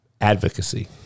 advocacy